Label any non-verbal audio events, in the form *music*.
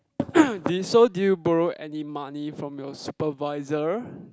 *coughs* did you so did you borrow any money from your supervisor